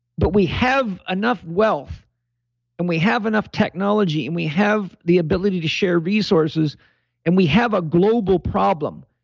but we have enough wealth and we have enough technology and we have the ability to share resources and we have a global problem.